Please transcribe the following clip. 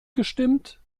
gestimmt